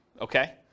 okay